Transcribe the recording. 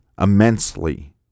immensely